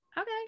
Okay